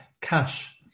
Cash